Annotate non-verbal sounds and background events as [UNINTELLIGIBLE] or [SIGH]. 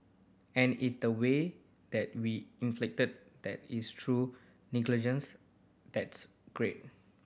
and if the way that we [UNINTELLIGIBLE] that is through [UNINTELLIGIBLE] that's great